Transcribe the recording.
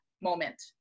moment